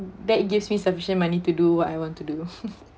that gives me sufficient money to do what I want to do